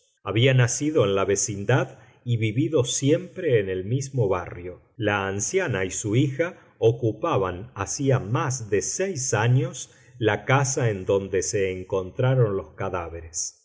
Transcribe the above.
había nacido en la vecindad y vivido siempre en el mismo barrio la anciana y su hija ocupaban hacía más de seis años la casa en donde se encontraron los cadáveres